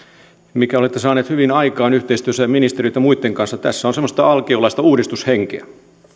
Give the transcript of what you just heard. minkä olette saaneet hyvin aikaan yhteistyössä ministeriöitten ja muitten kanssa tässä on semmoista alkiolaista uudistushenkeä